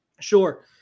Sure